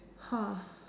!huh!